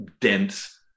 dense